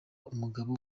umugabo